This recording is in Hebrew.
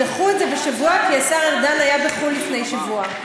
דחו את זה בשבוע כי השר ארדן היה בחו"ל לפני שבוע.